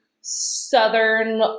Southern